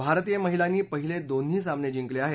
भारतीय महिलांनी पहिले दोन्ही सामने जिंकले आहेत